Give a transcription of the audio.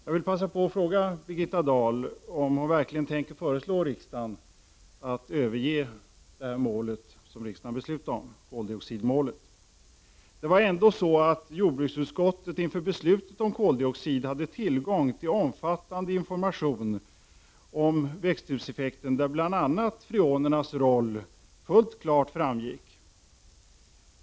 Jag vill passa på att fråga Birgitta Dahl om hon verkligen tänker föreslå riksdagen att överge koldioxidmålet? Inför beslutet om koldioxid hade jordbruksutskottet faktiskt tillgång till omfattande information om växthuseffekten där bl.a. freonernas roll fullt klart framgick.